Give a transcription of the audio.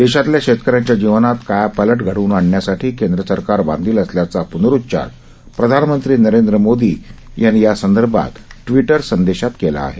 देशातल्या शेतकऱ्यांच्या जीवनात कायापालट घडवून आणण्यासाठी केंद्रसरकार बांधिल असल्याचा पूनरुच्चार प्रधानमंत्री नरेंद्र मोदी यांनी ट्विटर संदेशात केला आहे